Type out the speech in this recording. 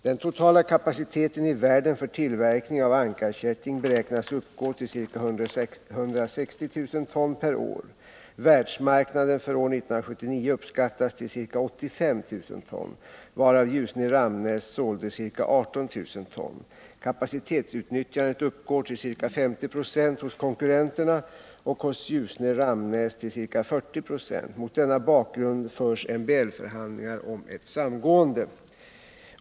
Den totala kapaciteten i världen för tillverkning av ankarkätting beräknas uppgå till ca 160 000 ton per år. Världsmarknaden för år 1979 uppskattas till ca 85 000 ton, varav Ljusne och Ramnäs tillsammans sålde ca 18 000 ton. Kapacitetsutnyttjandet uppgår till ca 50 76 hos konkurrenterna och hos Ljusne och Ramnäs tillsammans till ca 40 26. Mot denna bakgrund förs MBL-förhandlingar om ett samgående.